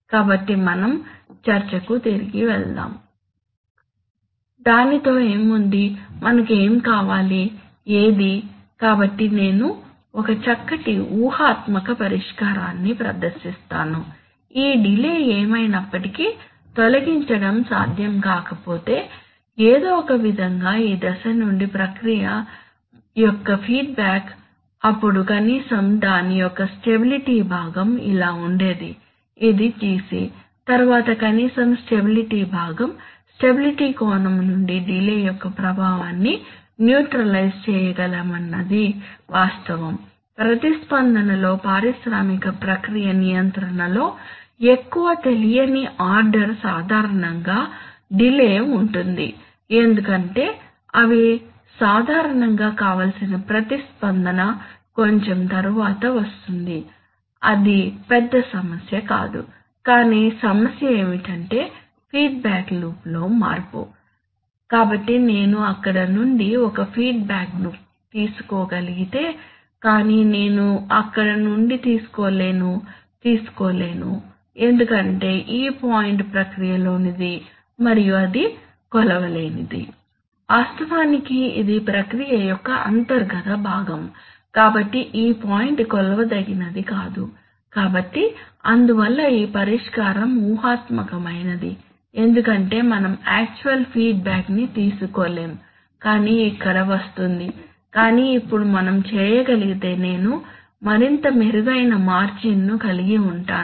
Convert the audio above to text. కాబట్టి మనం చర్చకు తిరిగి వెళ్దాం దానితో ఏముంది మనకు ఏం కావాలి ఏది కాబట్టి నేను ఒక చక్కటి ఊహాత్మక పరిష్కారాన్ని ప్రదర్శిస్తాను ఈ డిలే ఏమైనప్పటికీ తొలగించడం సాధ్యం కాకపోతే ఏదో ఒకవిధంగా ఈ దశ నుండి ప్రక్రియ యొక్క ఫీడ్బ్యాక్ అప్పుడు కనీసం దాని యొక్క స్టెబిలిటీ భాగం ఇలా ఉండేది ఇది Gc తరువాత కనీసం స్టెబిలిటీ భాగం స్టెబిలిటీ కోణం నుండి డిలే యొక్క ప్రభావాన్ని న్యూట్రలైజ్ చేయగలమన్నది వాస్థవం ప్రతిస్పందనలో పారిశ్రామిక ప్రక్రియ నియంత్రణలో ఎక్కువ తెలియని ఆర్డర్ సాధారణంగా డిలే ఉంటుంది ఎందుకంటే అవి సాధారణంగా కావలసిన ప్రతిస్పందన కొంచెం తరువాత వస్తుంది అది పెద్ద సమస్య కాదు కానీ సమస్య ఏమిటంటే ఫీడ్బ్యాక్ లూప్లో మార్పు కాబట్టి నేను అక్కడ నుండి ఒక ఫీడ్బ్యాక్ ను తీసుకోగలిగితే కానీ నేను అక్కడ నుండి తీసుకోలేను తీసుకోలేను ఎందుకంటే ఈ పాయింట్ ప్రక్రియలోనిది మరియు అది కొలవలేనిది వాస్తవానికి ఇది ప్రక్రియ యొక్క అంతర్గత భాగం కాబట్టి ఈ పాయింట్ కొలవదగినది కాదు కాబట్టి అందువల్ల ఈ పరిష్కారం ఊహాత్మకమైనది ఎందుకంటే మనం యాక్చువల్ ఫీడ్బ్యాక్ ని తీసుకోలేము కాని ఇక్కడ వస్తుంది కాని ఇప్పుడు మనం చేయగలిగితే నేను మరింత మెరుగైన మార్జిన్ను కలిగి ఉంటాను